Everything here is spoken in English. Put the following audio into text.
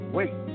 Wait